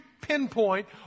pinpoint